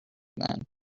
then